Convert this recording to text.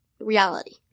reality